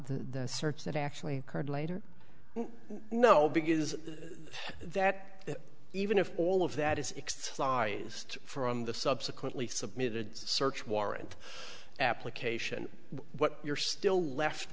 the search that actually occurred later no biggie is that even if all of that is except from the subsequently submitted search warrant application what you're still left